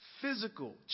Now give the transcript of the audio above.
physical